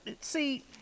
see